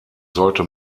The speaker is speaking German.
sollte